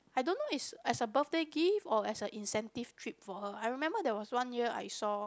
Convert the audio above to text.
I don't know is as a birthday gift or as a incentive trip for her I remember there was one year I saw